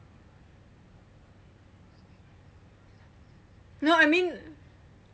no I mean